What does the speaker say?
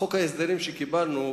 חוק ההסדרים שקיבלנו,